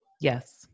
Yes